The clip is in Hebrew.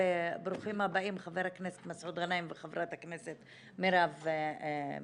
וברוכים הבאים חבר הכנסת מסעוד גנאים וחברת הכנסת מרב מיכאלי.